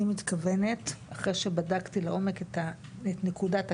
אני מתכוונת, אחרי שבדקתי לעומק את נקודת הכשל,